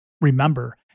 Remember